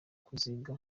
kuziga